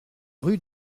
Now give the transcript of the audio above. rue